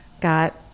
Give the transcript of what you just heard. got